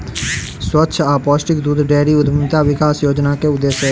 स्वच्छ आ पौष्टिक दूध डेयरी उद्यमिता विकास योजना के उद्देश्य अछि